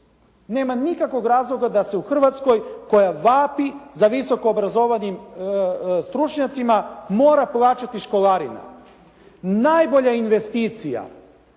Nema nikakvog razloga da se u Hrvatskoj koja vapi za visoko obrazovanim stručnjacima mora pojačati školarina. Najbolja je investicija